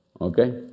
Okay